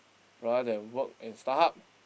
rather than work at StarHub